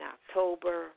October